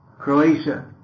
Croatia